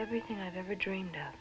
everything i've ever dreamed